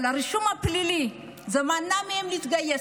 אבל הרישום הפלילי, זה מנע מהם להתגייס,